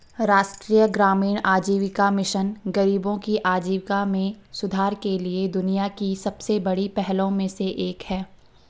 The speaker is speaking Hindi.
राष्ट्रीय ग्रामीण आजीविका मिशन गरीबों की आजीविका में सुधार के लिए दुनिया की सबसे बड़ी पहलों में से एक है